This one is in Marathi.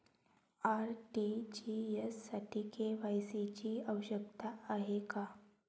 आर.टी.जी.एस साठी के.वाय.सी ची आवश्यकता आहे का?